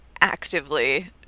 actively